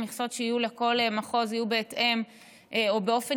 המכסות שיהיו לכל מחוז יהיו בהתאם או באופן